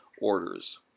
orders